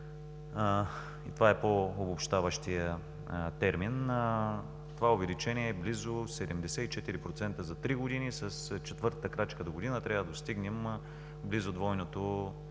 това е по-обобщаващият термин. Това увеличение е близо 74% за три години. С четвъртата крачка догодина трябва да достигнем близо двойното